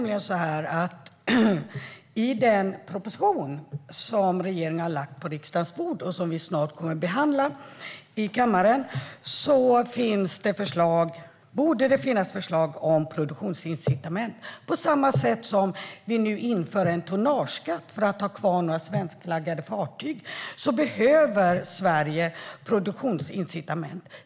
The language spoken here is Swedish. I den proposition som regeringen har lagt på riksdagens bord, och som vi snart kommer att behandla i kammaren, borde det finnas förslag om produktionsincitament. På samma sätt som vi nu inför tonnageskatt för att ha kvar några svenskflaggade fartyg behöver Sverige produktionsincitament.